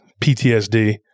PTSD